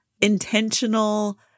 intentional